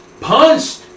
punched